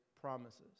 promises